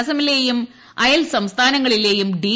അസ്സമിലെയും അയൽ സംസ്ഥാനങ്ങളിലെയും ഡി